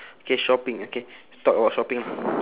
K shopping okay talk about shopping ah